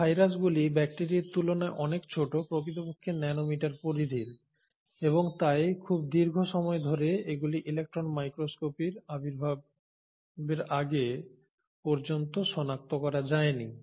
এই ভাইরাসগুলি ব্যাকটিরিয়ার তুলনায় অনেক ছোট প্রকৃতপক্ষে ন্যানো মিটার পরিধির এবং তাই খুব দীর্ঘ সময় ধরে এগুলি ইলেক্ট্রন মাইক্রোস্কোপির আবির্ভাবের আগে পর্যন্ত সনাক্ত করা যায় নি